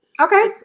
Okay